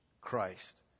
Christ